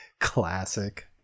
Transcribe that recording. classic